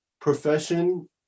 profession